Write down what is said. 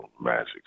Magic